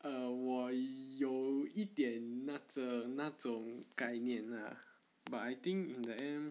err 我有一点那种那种概念 lah but I think in the end